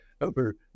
over